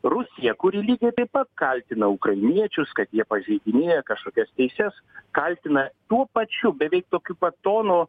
rusija kuri lygiai taip pat kaltina ukrainiečius kad jie pažeidinėja kažkokias teises kaltina tuo pačiu beveik tokiu pat tonu